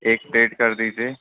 ایک پیڈ کر دیجیے